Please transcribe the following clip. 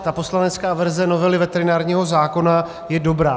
Ta poslanecká verze novely veterinárního zákona je dobrá.